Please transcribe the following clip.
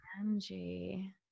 Angie